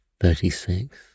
thirty-six